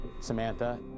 Samantha